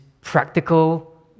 practical